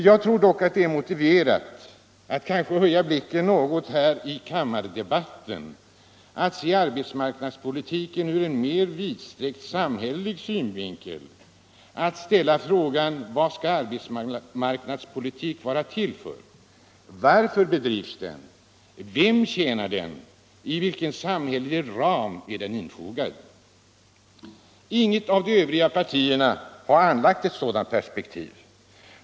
Jag tror det är motiverat att kanske höja blicken något här i kammardebatten. Au se arbetsmarknadspolitiken ur en mer vid samhältelig synvinkel. Att ställa frågan: Vad skall arbetsmarknadspolitik vara till för? Varför bedrivs den? Vem tjänar den? I vilken samhällelig ram är den infogad? Inget av de övriga partierna har anlagt ett sådant perspektiv.